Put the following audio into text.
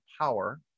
power